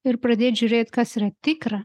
ir pradėt žiūrėt kas yra tikra